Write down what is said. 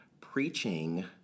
preaching